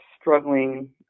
struggling